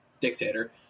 dictator